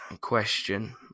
question